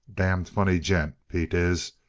damned funny gent, pete is.